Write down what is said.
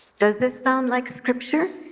does this sound like scripture?